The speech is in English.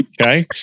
Okay